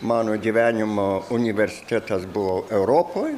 mano gyvenimo universitetas buvo europoj